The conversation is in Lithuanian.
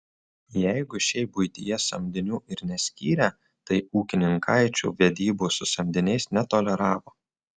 jeigu šiaip buityje samdinių ir neskyrę tai ūkininkaičių vedybų su samdiniais netoleravo